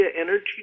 energy